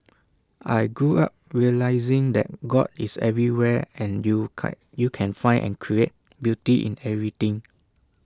I grew up realising that God is everywhere and you can't can find and create beauty in everything